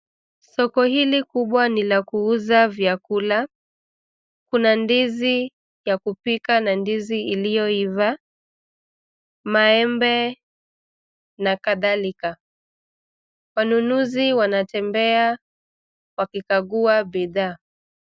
Soko hili kubwa ni la kuuza vyakula. Kuna ndizi ya kupika na ndizi iliyoiva, maembe na kadhalika. Wanunuzi wanatembea wakikagua bidhaa.